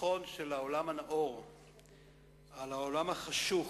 ניצחון של העולם הנאור על העולם החשוך,